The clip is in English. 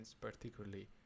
particularly